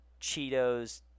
Cheetos